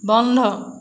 বন্ধ